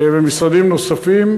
ומשרדים נוספים,